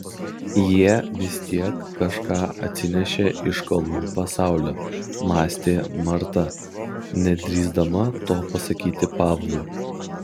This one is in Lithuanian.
jie vis tiek kažką atsinešė iš kalnų pasaulio mąstė marta nedrįsdama to pasakyti pavlui